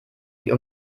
die